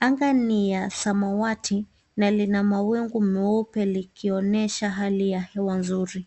Anga ni ya samawati na lina mawingu meupe likionyesha hali ya hewa nzuri.